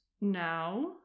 now